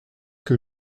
que